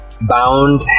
bound